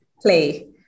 play